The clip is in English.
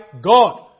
God